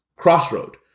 crossroad